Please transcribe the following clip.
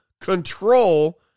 control